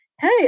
Hey